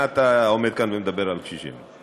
מה אתה עומד כאן ומדבר על קשישים?